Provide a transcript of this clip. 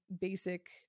basic